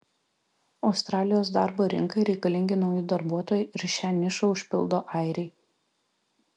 australijos darbo rinkai reikalingi nauji darbuotojai ir šią nišą užpildo airiai